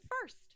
first